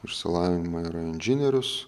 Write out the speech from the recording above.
išsilavinimą yra inžinierius